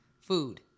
food